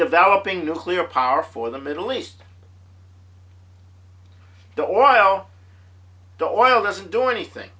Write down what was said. developing nuclear power for the middle east the oil the oil doesn't do anything